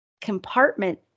compartment